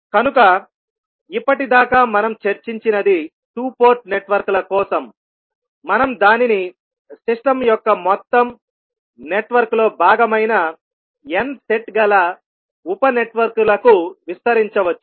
కనుక ఇప్పటి దాకా మనం చర్చించినది 2 పోర్ట్ నెట్వర్క్ల కోసం మనం దానిని సిస్టమ్ యొక్క మొత్తం నెట్వర్క్లో భాగమైన n సెట్ గల ఉప నెట్వర్క్ల కు విస్తరించవచ్చు